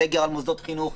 סגר על מוסדות חינוך.